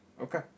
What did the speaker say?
Okay